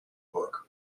book